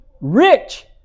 rich